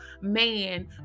man